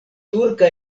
turka